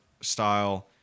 style